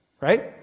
Right